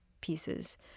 pieces